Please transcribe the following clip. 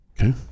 Okay